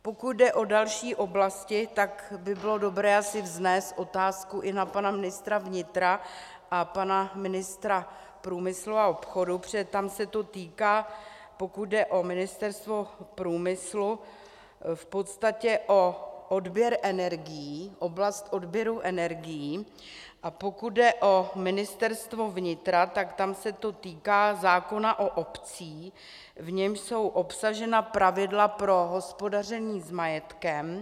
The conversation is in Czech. Pokud jde o další oblasti, tak by bylo dobré asi vznést otázku i na pana ministra vnitra a pana ministra průmyslu a obchodu, protože tam se to týká pokud jde o Ministerstvo průmyslu, v podstatě o odběr energií, oblast odběru energií, a pokud jde o Ministerstvo vnitra, tak tam se to týká zákona o obcích, v němž jsou obsažena pravidla pro hospodaření s majetkem.